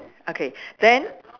okay then